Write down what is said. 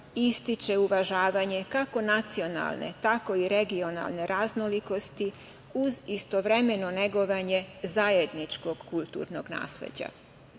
ističe uvažavanje kako nacionalne, tako i regionalne raznolikosti, uz istovremeno negovanje zajedničkog kulturnog nasleđa.U